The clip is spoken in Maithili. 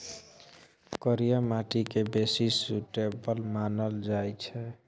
करिया माटि केँ बेसी सुटेबल मानल जाइ छै